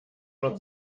nur